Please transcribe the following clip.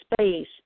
space